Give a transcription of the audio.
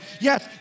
Yes